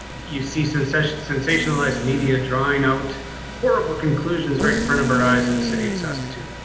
you see some special sensationalized media drawing out horrible conclusions right in front of our eyes in the city of saskatoon.